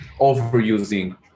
overusing